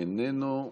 איננו.